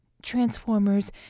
Transformers